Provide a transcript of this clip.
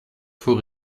for